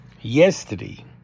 Yesterday